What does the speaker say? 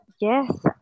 Yes